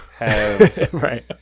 right